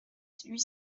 huit